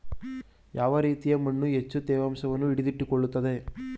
ಯಾವ ರೀತಿಯ ಮಣ್ಣು ಹೆಚ್ಚು ತೇವಾಂಶವನ್ನು ಹಿಡಿದಿಟ್ಟುಕೊಳ್ಳುತ್ತದೆ?